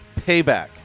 Payback